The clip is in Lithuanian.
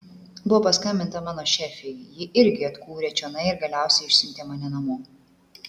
buvo paskambinta mano šefei ji irgi atkūrė čionai ir galiausiai išsiuntė mane namo